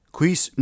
Quis